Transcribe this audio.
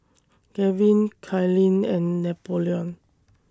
Gavyn Kylene and Napoleon